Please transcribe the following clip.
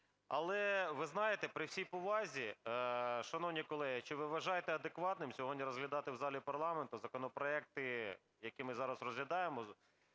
Але, ви знаєте, при всій повазі, шановні колеги, чи ви вважаєте адекватним сьогодні розглядати в залі парламенту законопроекти, які ми зараз розглядаємо,